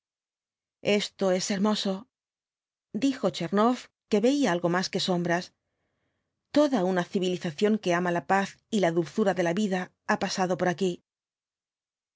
esto es hermoso dijo tchernoff que veía algo más los cuatro jinhtbs dbl apocalipsis que sombras toda una civilización que ama la paz y la dulzura de la vida ha pasado por aquí